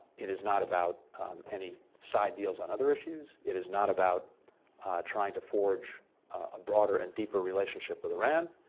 it is not about any side deals on other issues. it is not about trying to forge a broader and deeper relationship with iran.